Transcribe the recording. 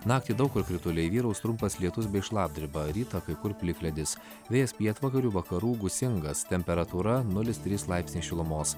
naktį daug kur krituliai vyraus trumpas lietus bei šlapdriba rytą kai kur plikledis vėjas pietvakarių vakarų gūsingas temperatūra nulis trys laipsniai šilumos